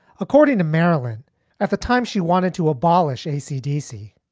according to maryland at the time, she wanted to abolish ac dc,